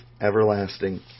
everlasting